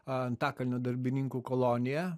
antakalnio darbininkų kolonija